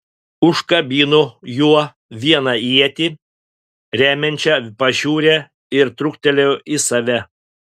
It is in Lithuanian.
užkabino juo vieną ietį remiančią pašiūrę ir truktelėjo į save